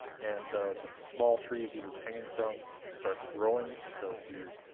and the small tree he was hanging from starts growing, and so he is